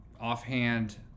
offhand